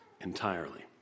entirely